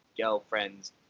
girlfriends